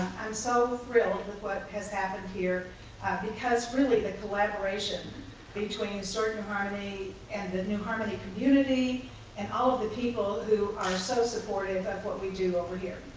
so thrilled with what has happened here because, really, the collaboration between historic sort of new harmony and the new harmony community and all of the people who are so supportive of what we do over here.